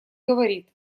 говорит